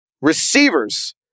Receivers